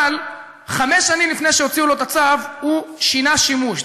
אבל חמש שנים לפני שהוציאו לו את הצו הוא שינה שימוש,